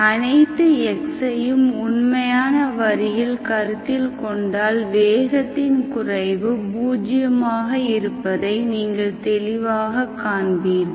அனைத்து x ஐயும் உண்மையான வரியில் கருத்தில் கொண்டால் வேகத்தின் குறைவு பூஜ்ஜியமாக இருப்பதை நீங்கள் தெளிவாக காண்பீர்கள்